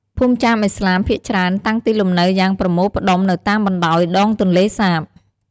ភូមិចាមឥស្លាមភាគច្រើនតាំងទីលំនៅយ៉ាងប្រមូលផ្តុំនៅតាមបណ្ដោយ ដងទន្លេសាប។